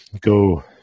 go